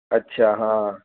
અચ્છા હા